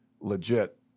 legit